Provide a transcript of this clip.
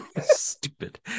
Stupid